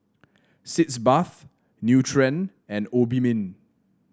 Sitz Bath Nutren and Obimin